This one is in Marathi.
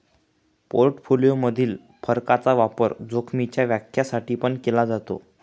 पोर्टफोलिओ मधील फरकाचा वापर जोखीमीच्या व्याख्या साठी पण केला जातो